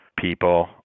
people